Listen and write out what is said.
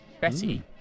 Betty